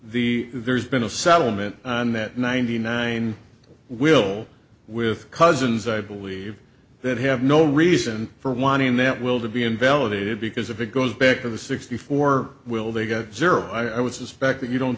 that there's been a settlement and that ninety nine will with cousins i believe that have no reason for wanting that will be invalid because if it goes back to the sixty four will they get zero i would suspect that you don't